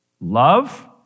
love